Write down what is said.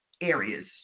areas